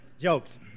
jokes